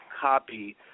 copy